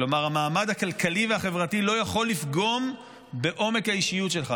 כלומר המעמד הכלכלי והחברתי לא יכול לפגום בעומק האישיות שלך,